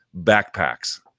backpacks